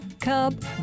cub